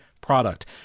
product